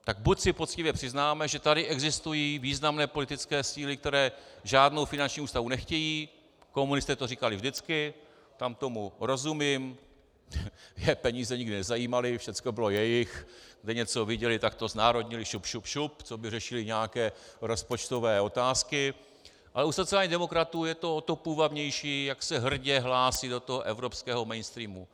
Tak buď si poctivě přiznáme, že tady existují významné politické síly, které žádnou finanční ústavu nechtějí, komunisté to říkali vždycky, tam tomu rozumím, je peníze nikdy nezajímaly, všechno bylo jejich, kde něco viděli, tak to znárodnili, šup, šup, šup, co by řešili nějaké rozpočtové otázky, ale u sociálních demokratů je to o to půvabnější, jak se hrdě hlásí do evropského mainstreamu.